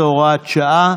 19, הוראת שעה),